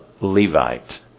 Levite